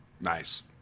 Nice